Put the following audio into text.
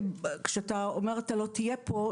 כשאתה אומר - אתה לא תהיה פה,